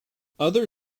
other